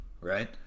right